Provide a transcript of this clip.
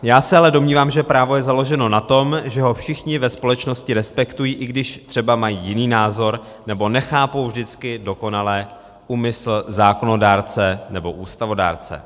Já se ale domnívám, že právo je založeno na tom, že ho všichni ve společnosti respektují, i když třeba mají jiný názor nebo nechápou vždycky dokonale úmysl zákonodárce nebo ústavodárce.